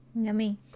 Yummy